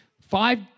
five